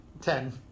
Ten